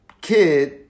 kid